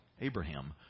Abraham